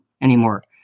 anymore